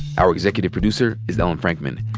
our executive producer is ellen frankman.